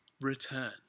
return